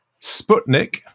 Sputnik